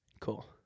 Cool